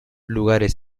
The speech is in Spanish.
lugares